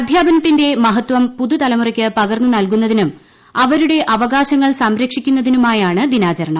അധ്യാപനത്തിന്റെ മഹത്വം പുതുതലമുറയ്ക്ക് പകർന്ന് ് നൽകുന്നതിനും അവരുടെ അവകാശങ്ങൾ സംരക്ഷിക്കുന്ന്തിനുമായാണ് ദിനാചരണം